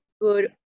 good